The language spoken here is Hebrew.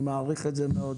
אני מעריך את זה מאוד.